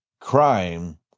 crime